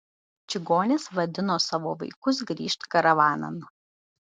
čigonės vadino savo vaikus grįžt karavanan